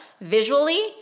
visually